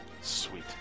Sweet